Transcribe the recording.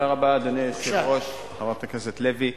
תודה רבה, אדוני היושב-ראש, חברת הכנסת לוי,